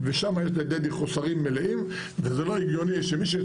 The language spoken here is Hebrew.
ושם יש לדדי חוסרים מלאים וזה לא הגיוני שמי שיש